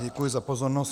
Děkuji za pozornost.